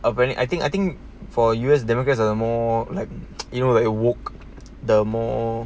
apparently I think I think for U_S democrats are the more like you know they awoke the more